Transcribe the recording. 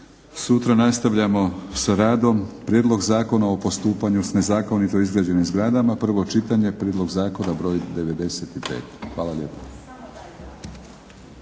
Sutra nastavljamo sa radom, Prijedlog Zakona o postupanju s nezakonito izgrađenim zgradama, prvo čitanje, P.Z. br. 95. Hvala lijepa.